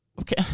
Okay